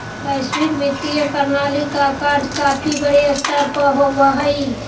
वैश्विक वित्तीय प्रणाली का कार्य काफी बड़े स्तर पर होवअ हई